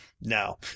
no